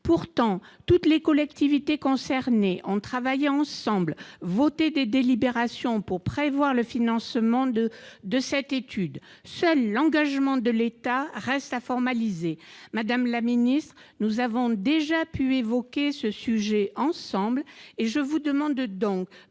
Pourtant, toutes les collectivités concernées ont travaillé ensemble, voté des délibérations pour prévoir le financement de cette étude. Seul l'engagement de l'État reste à formaliser. Madame la ministre, nous avons déjà pu évoquer ce sujet ensemble. Je vous demande plus